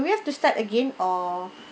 we have to start again or